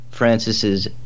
francis's